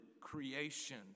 creation